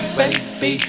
baby